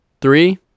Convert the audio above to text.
Three